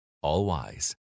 all-wise